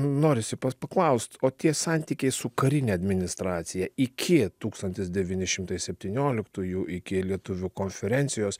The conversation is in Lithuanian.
norisi paklaust o tie santykiai su karine administracija iki tūkstantis devyni šimtai septynioliktųjų iki lietuvių konferencijos